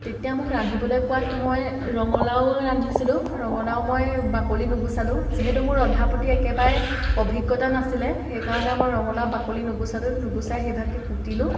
তেতিয়া মোক ৰান্ধিবলৈ কোৱাত মই ৰঙালাও ৰান্ধিছিলোঁ ৰঙালাও মই বাকলি নুগুচালোঁ যিহেতু মোৰ ৰন্ধাৰ প্ৰতি একেবাৰেই অভিজ্ঞতা নাছিলে সেইকাৰণে মই ৰঙালাও বাকলি নুগুচালোঁ নুগুচাই সেই ভাগে কুটিলোঁ